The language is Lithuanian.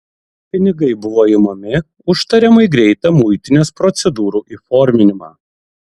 pinigai buvo imami už tariamai greitą muitinės procedūrų įforminimą